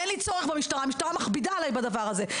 אין לי צורך במשטרה, המשטרה מכבידה עליי בדבר הזה.